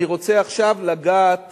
אני רוצה עכשיו לגעת